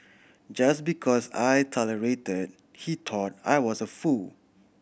just because I tolerated he thought I was a fool